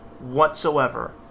whatsoever